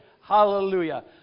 Hallelujah